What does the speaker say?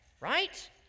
right